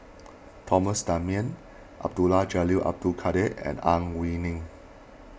Thomas Dunman Abdul Jalil Abdul Kadir and Ang Wei Neng